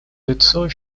лицо